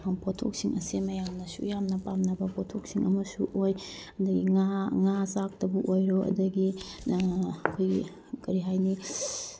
ꯄꯣꯠꯊꯣꯛꯁꯤꯡ ꯑꯁꯦ ꯃꯌꯥꯝꯅꯁꯨ ꯌꯥꯝꯅ ꯄꯥꯝꯅꯕ ꯄꯣꯠꯊꯣꯛꯁꯤꯡ ꯑꯃꯁꯨ ꯑꯣꯏ ꯑꯗꯒꯤ ꯉꯥ ꯉꯥ ꯆꯥꯛꯇꯕꯨꯨꯨꯨꯨꯨꯨꯨꯨꯨꯨꯨꯨꯨꯨꯨꯨꯨ ꯑꯣꯏꯔꯣ ꯑꯗꯒꯤ ꯑꯩꯈꯣꯏꯒꯤ ꯀꯔꯤ ꯍꯥꯏꯅꯤ